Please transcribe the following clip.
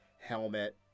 helmet